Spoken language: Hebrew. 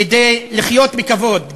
כדי לחיות בכבוד.